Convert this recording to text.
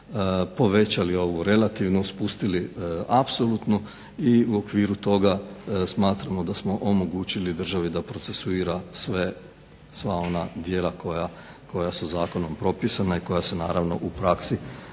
povećali ovu relativnu, spustili apsolutnu i u okviru toga smatramo da smo omogućili državi da procesuira sva ona djela koja su zakonom propisana i koja se naravno u praksi